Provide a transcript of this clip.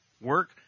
work